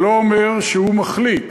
זה לא אומר שהוא מחליט,